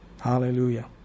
Hallelujah